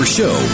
show